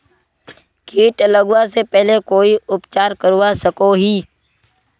किट लगवा से पहले कोई उपचार करवा सकोहो ही?